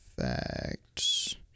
facts